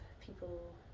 people